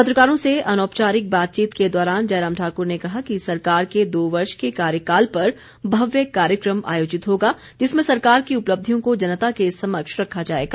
पत्रकारों से अनौपचारिक बातचीत के दौरान जयराम ठाकुर ने कहा कि सरकार के दो वर्ष के कार्यकाल पर भव्य कार्यक्रम आयोजित होगा जिसमें सरकार की उपलब्धियों को जनता के समक्ष रखा जाएगा